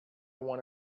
want